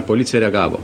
policija reagavo